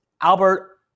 albert